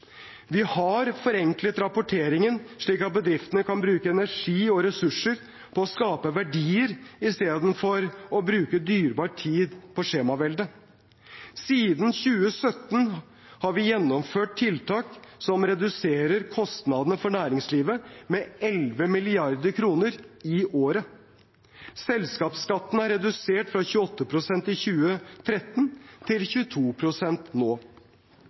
Vi har forenklet rapporteringen, slik at bedriftene kan bruke energi og ressurser til å skape verdier i stedet for å bruke dyrebar tid på skjemavelde. Siden 2017 har vi gjennomført tiltak som reduserer kostnadene for næringslivet med 11 mrd. kr i året. Selskapsskatten er redusert fra 28 pst. i 2013 til 22 pst. nå,